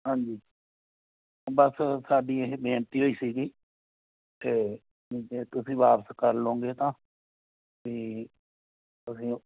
ਹਾਂਜੀ ਬਸ ਸਾਡੀ ਇਹ ਬੇਨਤੀ ਹੋਈ ਸੀਗੀ ਅਤੇ ਵੀ ਜੇ ਤੁਸੀਂ ਵਾਪਸ ਕਰ ਲਉਂਗੇ ਤਾਂ ਵੀ ਅਸੀਂ